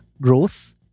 growth